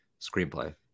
screenplay